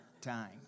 time